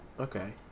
Okay